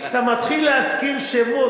כשאתה מתחיל להזכיר שמות,